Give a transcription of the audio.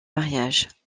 mariages